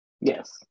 Yes